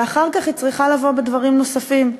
ואחר כך היא צריכה לבוא בדברים נוספים: